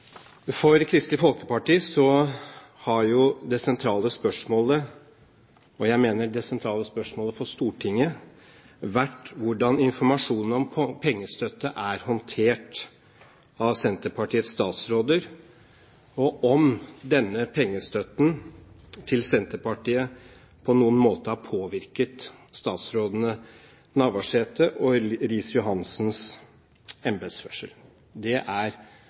For Kristelig Folkeparti har det sentrale spørsmålet, og jeg mener det sentrale spørsmålet for Stortinget, vært hvordan informasjonen om pengestøtte er håndtert av Senterpartiets statsråder, og om denne pengestøtten til Senterpartiet på noen måte har påvirket statsrådene Navarsete og Riis-Johansens embetsførsel. Det er